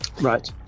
Right